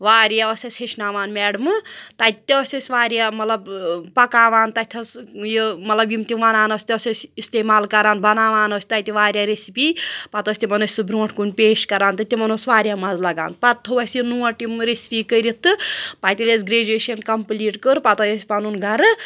واریاہ اوس اَسہِ ہیٚچھناوان میڈمہٕ تَتہِ تہِ ٲس اَسہِ واریاہ مطلب پَکاوان تَتہِ تھَس یہِ مطلب یِم تِم وَنان ٲسۍ تہِ أسۍ اِستعمال کَران بَناوان ٲسۍ تَتہِ واریاہ رٮ۪سِپی پَتہٕ ٲس تِمَن أسۍ برٛونٛٹھ کُن پیش کَران تہٕ تِمَن اوس واریاہ مَزٕ لَگان پَتہٕ تھوٚو اَسہِ یہِ نوٹ یِم رٮ۪سِپی کٔرِتھ تہٕ پَتہٕ ییٚلہِ أسۍ گرٛیجویشَن کَمپٕلیٖٹ کٔر پَتہٕ آے أسۍ پَنُن گَرٕ